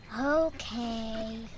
Okay